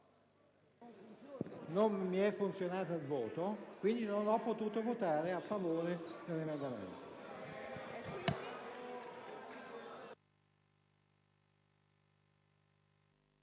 non ha funzionato, e quindi non ho potuto votare a favore dell'emendamento